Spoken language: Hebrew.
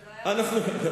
זה היה התנדבותי,